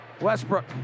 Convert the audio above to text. Westbrook